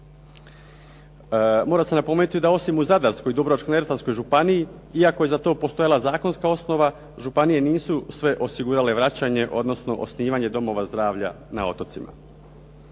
Mora se napomenuti da osim u Zadarskoj i Dubrovačko-neretvanskoj županiji iako je za to postojala zakonska osnova županije nisu sve osigurale vraćanje, odnosno osnivanje domova zdravlja na otocima.